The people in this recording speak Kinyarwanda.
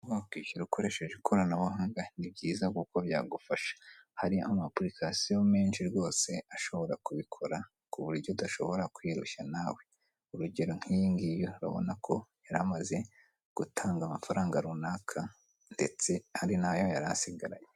Wakishyura koresheje ikoranabuhanga, ni byiza kuko byagufasha, hari amapurikasiyo menshi rwose ashobora kubikora ku buryo udashobora kwirushya nawe, urugero nk'iyi ng'iyi ubona ko yari amaze gutanga amafaranga runaka ndetse hari nayo yari asigaranye.